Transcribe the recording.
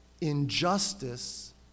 Injustice